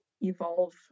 evolve